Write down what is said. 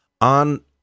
on